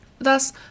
Thus